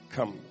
Come